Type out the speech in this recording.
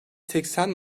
seksen